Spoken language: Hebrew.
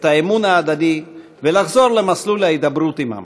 האמון ההדדי ולחזור למסלול ההידברות עמם.